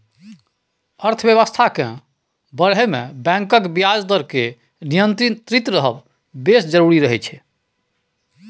अर्थबेबस्था केँ बढ़य मे बैंकक ब्याज दर केर नियंत्रित रहब बेस जरुरी रहय छै